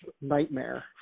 nightmare